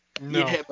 No